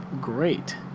great